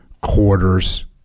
quarters